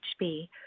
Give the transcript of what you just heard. HB